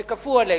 כפי שכפו עלינו,